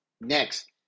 Next